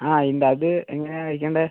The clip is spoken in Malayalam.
ആ ഉണ്ട് അത് എങ്ങനെയാണ് കഴിക്കേണ്ടത്